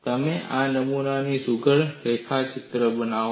તમે આ નમૂનાનો સુઘડ રેખાચિત્ર બનાવો